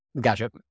Gotcha